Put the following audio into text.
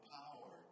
power